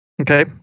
Okay